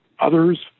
others